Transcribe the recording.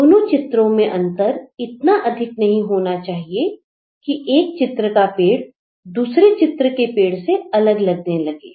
दोनों चित्रों में अंतर इतना अधिक नहीं होना चाहिए कि एक चित्र का पेड़ दूसरे चित्र के पेड़ से अलग लगने लगे